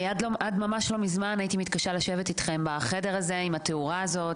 עד לא מזמן הייתי מתקשה לשבת איתכם בחדר הזה עם התאורה הזאת,